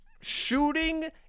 shooting